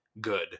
good